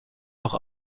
noch